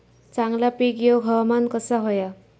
चांगला पीक येऊक हवामान कसा होया?